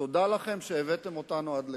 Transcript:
תודה לכם שהבאתם אותנו עד לכאן.